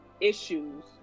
issues